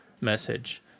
message